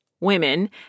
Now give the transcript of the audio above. women